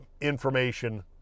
information